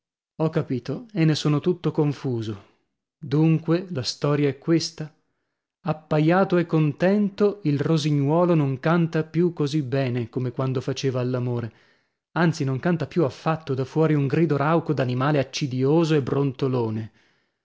ho capito e ne sono tutto confuso dunque la storia è questa appaiato e contento il rosignuolo non canta più così bene come quando faceva all'amore anzi non canta più affatto dà fuori un grido rauco d'animale accidioso e brontolone